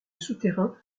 souterrain